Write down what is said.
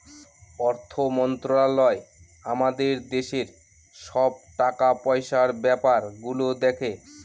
অর্থ মন্ত্রালয় আমাদের দেশের সব টাকা পয়সার ব্যাপার গুলো দেখে